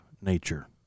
nature